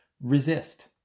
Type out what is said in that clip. resist